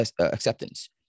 acceptance